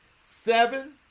seven